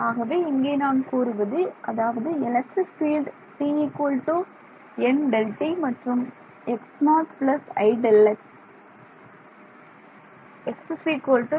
ஆகவே இங்கே நான் கூறுவது அதாவது எலக்ட்ரிக் ஃபீல்ட் t nΔt மற்றும்x x0 iΔx